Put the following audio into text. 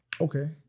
okay